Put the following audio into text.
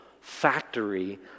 factory